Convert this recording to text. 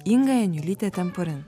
inga janiulytė temporin